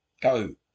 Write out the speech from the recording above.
go